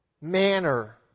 manner